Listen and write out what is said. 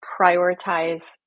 prioritize